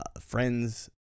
Friends